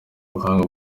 ubuhanga